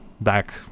back